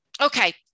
Okay